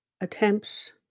attempts